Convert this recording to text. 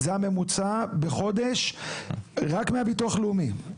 זה הממוצע בחודש, רק מהביטוח הלאומי.